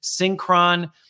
Synchron